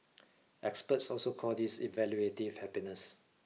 experts also call this evaluative happiness